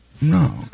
No